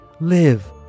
live